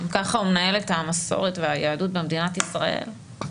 ככה הוא מנהל את המסורת והיהדות במדינת ישראל,